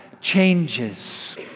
changes